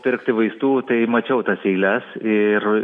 pirkti vaistų tai mačiau tas eiles ir